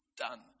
Done